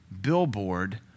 billboard